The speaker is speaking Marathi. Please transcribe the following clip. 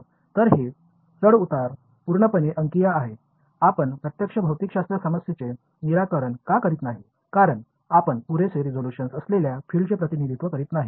तर हे चढउतार पूर्णपणे अंकीय आहे आपण प्रत्यक्ष भौतिकशास्त्र समस्येचे निराकरण का करीत नाही कारण आपण पुरेसे रिझोल्यूशन असलेल्या फील्डचे प्रतिनिधित्व करीत नाही